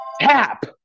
Tap